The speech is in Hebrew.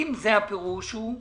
אם זה הפירוש אז